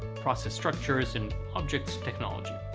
processes structures, and objects technology.